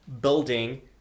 building